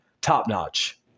top-notch